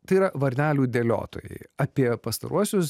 tai yra varnelių dėliotojai apie pastaruosius